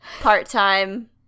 part-time